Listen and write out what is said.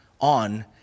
on